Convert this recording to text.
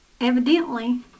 evidently